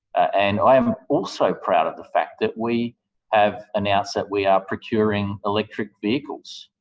and i am also proud of the fact that we have announced that we are procuring electric vehicles.